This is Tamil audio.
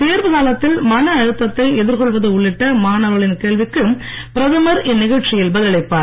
தேர்வு காலத்தில் மன அழுத்தத்தை எதிர்கொள்வது உள்ளிட்ட மாணவர்களின் கேள்விகளுக்கு பிரதமர் இந்நிகழ்ச்சியில் பதில் அளிப்பார்